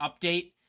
update